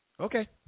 Okay